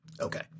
Okay